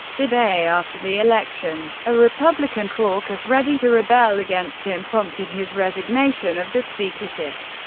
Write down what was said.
the day after the election, a republican caucus ready to rebel against him prompted his resignation of the speakership.